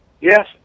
Yes